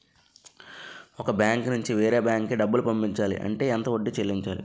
ఒక బ్యాంక్ నుంచి వేరే బ్యాంక్ కి డబ్బులు పంపించాలి అంటే ఎంత వడ్డీ చెల్లించాలి?